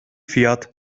fiyat